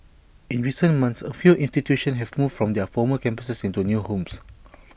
in recent months A few institutions have moved from their former campuses into new homes